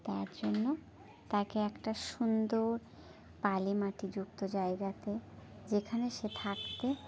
তার জন্য তাকে একটা সুন্দর পলিমাটি যুক্ত জায়গাতে যেখানে সে থাকতে